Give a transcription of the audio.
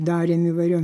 darėm įvairiom